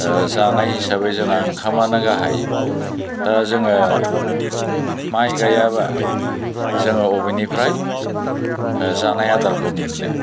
जानाय हिसाबै जोंना ओंखामानो गाहाय दा जोङो माइ गायाब्ला जोङो अबेनिफ्राय जानाय आदारखौ मोननो